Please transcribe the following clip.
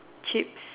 chips